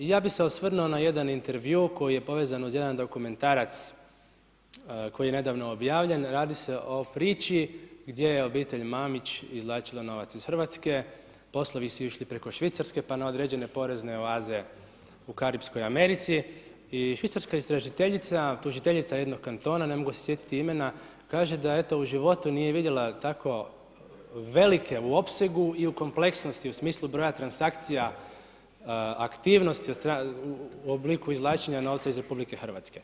Ja bi se osvrnuo na jedan intervju, koji je povezan uz jedan dokumentarac, koji je nedavno objavljen, radi se o priči, gdje je obitelj Mamić izvlačila novac iz Hrvatske, poslovi su išli preko Švicarke, pa na određene porezne oaze u Karipskoj Americi i švicarska istražiteljica, tužiteljica jednog kantona, ne mogu se sjetiti imena, kaže, da eto, u životu nije vidjela tako velike u opsegu i u kompleksnosti u smislu broja transakcija aktivnosti u obliku izvlačenja novca iz RH.